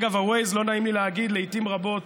אגב ה-Waze, לא נעים לי להגיד, לעיתים רבות,